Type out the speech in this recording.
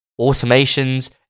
automations